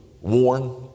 warn